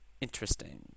interesting